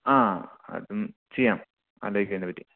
ആ അതും ചെയ്യാം ആലോചിക്കാം അതിനെപ്പറ്റി